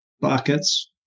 buckets